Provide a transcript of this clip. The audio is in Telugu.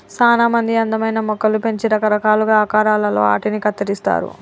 సానా మంది అందమైన మొక్కలు పెంచి రకరకాలుగా ఆకారాలలో ఆటిని కత్తిరిస్తారు